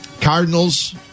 Cardinals